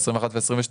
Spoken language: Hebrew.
ב-2021 ו-2022